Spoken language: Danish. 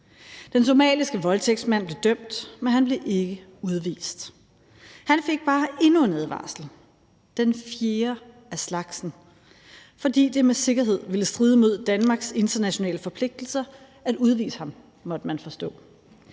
Den somaliske voldtægtsmand blev dømt, men han blev ikke udvist. Han fik bare endnu en advarsel, den fjerde af slagsen, fordi det med sikkerhed ville stride mod Danmarks internationale forpligtelser at udvise ham, måtte man forstå.